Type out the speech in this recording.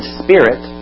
spirit